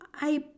I